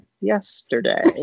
yesterday